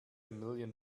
million